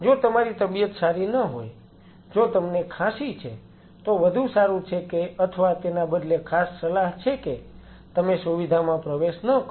જો તમારી તબિયત સારી ન હોય જો તમને ખાંસી છે તો વધુ સારૂ છે કે અથવા તેના બદલે ખાસ સલાહ છે કે તમે સુવિધામાં પ્રવેશ ન કરો